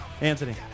Anthony